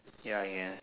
ya ya